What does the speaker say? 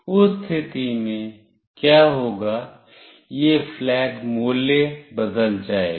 उस स्थिति में क्या होगा कि यह flag मूल्य बदल जाएगा